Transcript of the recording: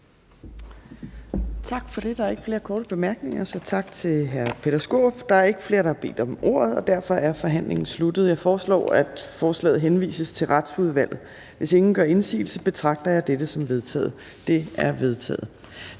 Tak for det. Der er ikke flere korte bemærkninger, så tak til hr. Peter Skaarup. Der er ikke flere, der har bedt om ordet, og derfor er forhandlingen sluttet. Jeg foreslår, at forslaget til folketingsbeslutning henvises til Retsudvalget. Hvis ingen gør indsigelse, betragter jeg dette som vedtaget. Det er vedtaget.